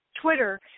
Twitter